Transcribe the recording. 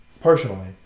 Personally